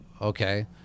okay